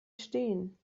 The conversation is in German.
stehen